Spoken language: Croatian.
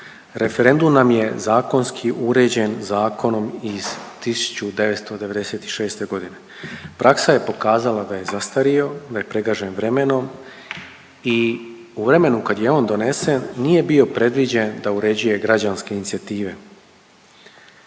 Referendum nam je zakonski uređen zakonom iz 1996. godine. Praksa je pokazala da je zastario, da je pregažen vremenom i u vremenu kad je on donesen nije bio predviđen da uređuje građanske inicijative.